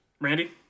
Randy